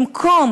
במקום,